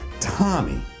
Tommy